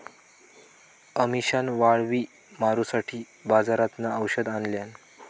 अमिशान वाळवी मारूसाठी बाजारातना औषध आणल्यान